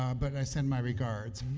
um but i send my regards.